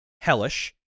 hellish